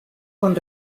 con